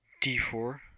d4